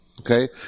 okay